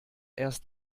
erst